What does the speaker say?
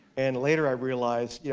and later i realized, yeah